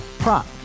Prop